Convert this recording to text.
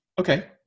okay